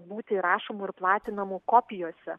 būti rašomu ir platinamu kopijose